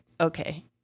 okay